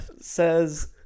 Says